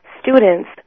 students